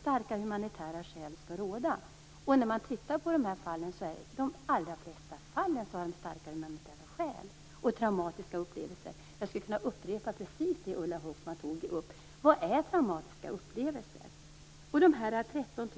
Starka humanitära skäl skall ju råda, och i de allra flesta fall finns starka humanitära skäl och traumatiska upplevelser. Jag skulle kunna upprepa precis det som Ulla Hoffmann tog upp: Vad är traumatiska upplevelser? 13